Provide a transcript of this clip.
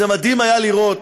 מדהים היה לראות,